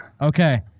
Okay